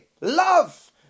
love